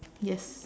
yes